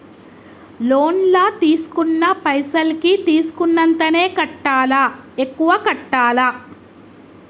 Loan లా తీస్కున్న పైసల్ కి తీస్కున్నంతనే కట్టాలా? ఎక్కువ కట్టాలా?